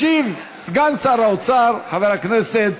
ישיב סגן שר האוצר, חבר הכנסת